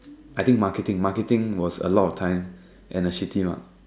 I think marketing marketing was a lot of time and a shifty mark